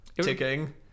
ticking